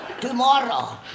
Tomorrow